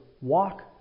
Walk